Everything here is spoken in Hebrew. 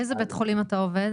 באיזה בית חולים את ה עובד?